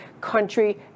country